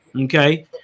okay